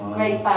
Great